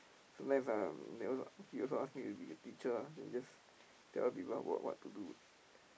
next time they also he also ask me be a teacher ah and just tell other people what what to do